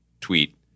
tweet